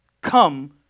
come